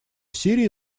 сирии